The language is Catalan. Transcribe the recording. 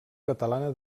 catalana